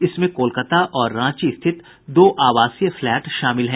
इसमें कोलकत्ता और रांची स्थित दो आवासीय फ्लैट शामिल हैं